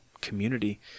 community